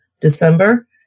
December